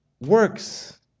works